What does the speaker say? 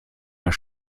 mehr